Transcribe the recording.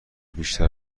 بیشتر